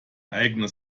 eigene